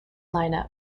lineup